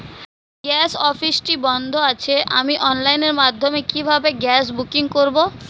Gas অফিসটি বন্ধ আছে আমি অনলাইনের মাধ্যমে কিভাবে গ্যাস বুকিং করব?